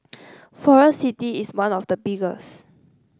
Forest City is one of the biggest